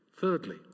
Thirdly